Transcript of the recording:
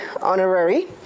Honorary